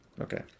Okay